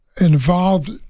involved